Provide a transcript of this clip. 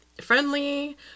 friendly